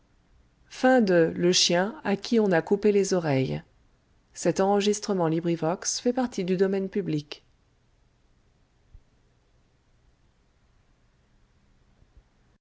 le chien à qui on a coupé les oreilles